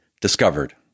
discovered